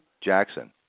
Jackson